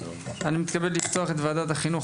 אני מתכבד לפתוח את ועדת החינוך,